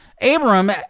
Abram